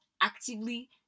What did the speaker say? actively